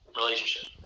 relationship